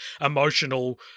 emotional